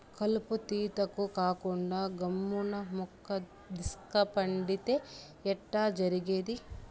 కలుపు తీతకు రాకుండా గమ్మున్న మున్గదీస్క పండితే ఎట్టా జరిగేది